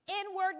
inward